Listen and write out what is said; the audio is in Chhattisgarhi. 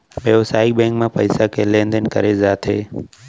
बेवसायिक बेंक म पइसा के लेन देन करे जाथे